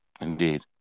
Indeed